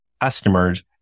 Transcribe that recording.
customers